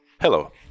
Hello